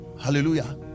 hallelujah